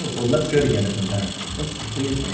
let's go together sometime let's. please like